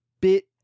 bit